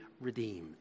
redeemed